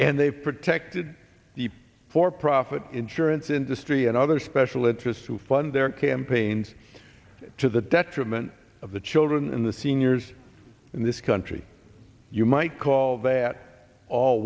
and they protected the for profit insurance industry and other special interests to fund their campaigns to the detriment of the children in the seniors in this country you might call that